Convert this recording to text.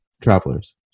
travelers